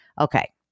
Okay